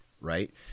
Right